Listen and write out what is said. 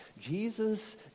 Jesus